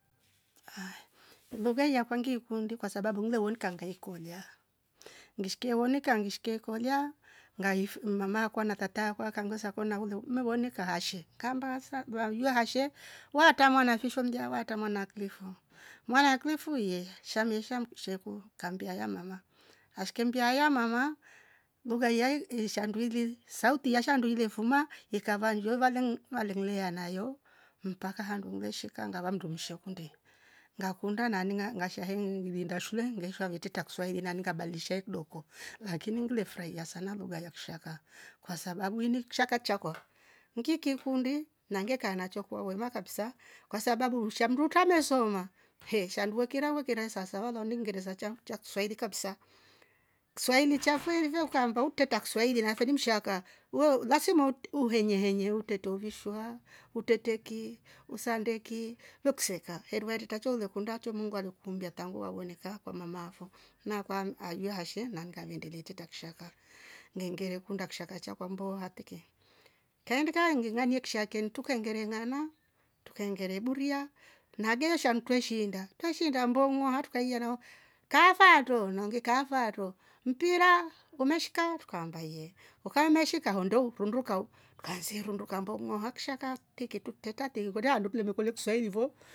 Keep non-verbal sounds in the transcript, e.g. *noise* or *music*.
Haaya lugha hii yakwa ngiikundi kwa sababu ngile wonika nkaikolya ngishike iwonika ngishike ikolyaa. ngaifu mamaa akwa na na tata akwa wakanvesa kolya umewonika hashee kaamba asa- dwashe waatra mwana fi sho mla? Waatra mwana aklifu. mwanaa aklifu yee shameesha msheku kambia haya mama akashikembia haya mama lugha iya ishandu ili sauti ilya shandu ilefuma ikava nnyo valeng- vanglea nayo mpaka handu ngileshika ngava mnndu msheku ndi ngakunda naani ngasha *hesitation* iininda shule ngeeshwa ve tetra kiswahili naani ngabadilisha *hesitation* kidoko lakini ngile furahia sana lugha ya kishaka kwa sababu ini kishaka chakwa ngikikundi nangeeka nacho kwa wema kabisa. kwa sababu sha mndu utramesoma hee shandu wekira wekira saasava lau nu ngeresa chafo cha kiswahili kabisa. kiswahili chafo ife ukaamba ulitreta kiswahili nafee ni mshaka weu lasima uhenye henye utretre uvishwa. utretre ki. usande ki ve kseka heri waetreta cho ulekunda cho mungu alekuhumbia tangu wawonika kwa mamaa afo na kwa aye ashe na ngaveendelea itreta kishaka. *hesitation* ngengere ikunda kishaka chakwa mbooha tiki. kaindika ning'anaie kishakeni tukengere ng'ama. tuke engere iburia na geyo shandu twe shiinda. tweshiinda mmbong'oha tukaiyana kaa faatro na ungi kaa faatro mpira umeshika? Trukaamba yee ka umeshika honde u tundukau tukahansa irunduka mbooha kishaka titki tutreta tiki kwetre handu tulemekolye kiswahili fo